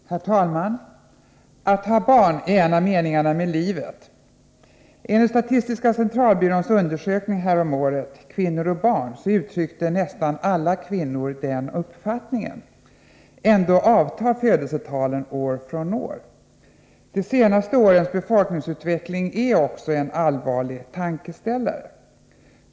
Herr talman! Att ha barn är en av meningarna med livet. Enligt statistiska centralbyråns undersökning häromåret, Kvinnor och barn, uttryckte nästan alla kvinnor den uppfattningen. Ändå avtar födelsetalen år från år. De senaste årens befolkningsutveckling är en allvarlig tankeställare.